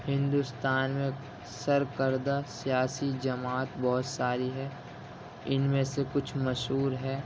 ہندوستان میں سرکردہ سیاسی جماعت بہت ساری ہے اِن میں سے کچھ مشہور ہے